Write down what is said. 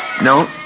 No